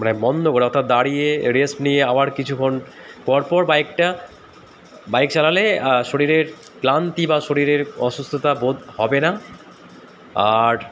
মানে বন্ধ করে অর্থাৎ দাঁড়িয়ে রেস্ট নিয়ে আবার কিছুক্ষণ পর পর বাইকটা বাইক চালালে শরীরের ক্লান্তি বা শরীরের অসুস্থতা বোধ হবে না আর